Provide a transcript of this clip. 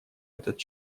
этот